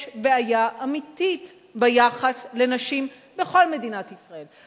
יש בעיה אמיתית ביחס לנשים בכל מדינת ישראל,